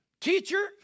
Teacher